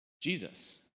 Jesus